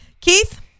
Keith